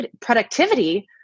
productivity